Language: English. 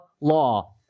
law